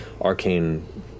arcane